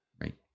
Right